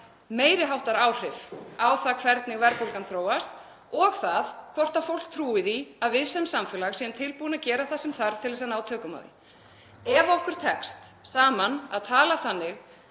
meiri háttar áhrif á það hvernig verðbólgan þróast og það hvort fólk trúi því að við sem samfélag séum tilbúin að gera það sem þarf til að ná tökum á því. Ef okkur tekst saman að tala þannig